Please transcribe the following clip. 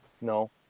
No